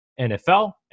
NFL